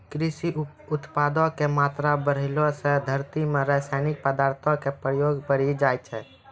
कृषि उत्पादो के मात्रा बढ़ैला से धरती मे रसायनिक पदार्थो के प्रयोग बढ़ि जाय छै